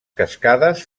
cascades